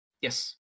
Yes